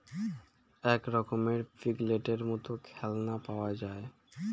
এক রকমের পিগলেটের মত খেলনা পাওয়া যায়